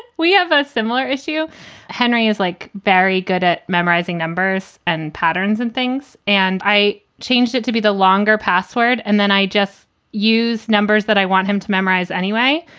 we have a similar issue henry is like very good at memorizing numbers and patterns and things. and i changed it to be the longer password. and then i just use numbers that i want him to memorize anyway.